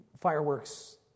fireworks